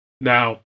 Now